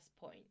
point